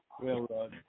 railroad